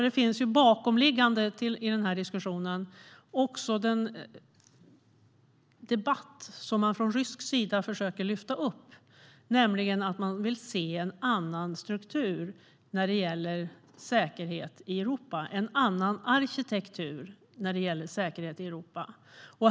Det finns en bakomliggande debatt som man från rysk sida försöker lyfta upp, nämligen om att man vill se en annan arkitektur när det gäller säkerhet i Europa.